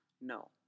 No